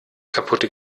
kaputte